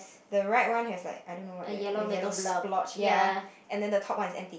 the right one has like I don't know what that the yellow splotch ya and then the top one is empty